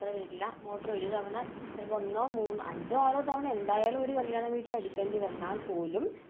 അത്ര വരില്ല മോട്ടോർ ഒരു തവണ ചിലപ്പോൾ ഒന്നോ മൂന്നോ അഞ്ചോ ആറോ തവണ എന്തായാലും ഒരു കല്യാണവീട്ടിൽ അടിക്കേണ്ടി വന്നാൽ പോലും